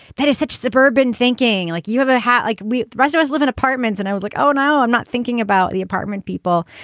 that is such suburban thinking. like, you have a hat. like we residents live in apartments. and i was like, oh, no, i'm not thinking about the apartment people.